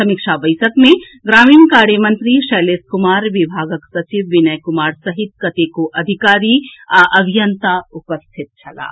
समीक्षा बैसक मे ग्रामीण कार्य मंत्री शैलेश कुमार विभागक सचिव विनय कुमार सहित कतेको अधिकारी आ अभियंता उपस्थित छलाह